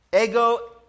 Ego